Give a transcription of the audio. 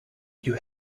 you